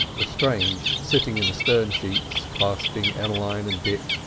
lestrange, sitting in the stern-sheets clasping emmeline and dick,